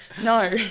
no